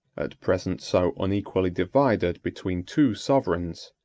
at present so unequally divided between two sovereigns,